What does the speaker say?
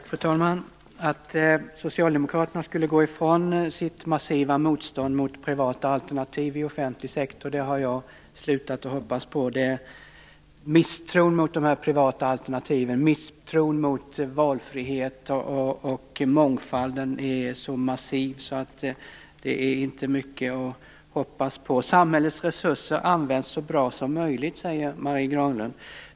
Fru talman! Att socialdemokraterna skulle gå ifrån sitt massiva motstånd mot privata alternativ i offentlig sektor har jag slutat hoppas på. Misstron mot de privata alternativen, misstron mot valfrihet och mångfald är så massiv att det inte är mycket att hoppas på. Samhällets resurser används så bra som möjligt, säger Marie Granlund.